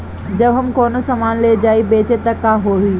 जब हम कौनो सामान ले जाई बेचे त का होही?